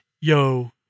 yo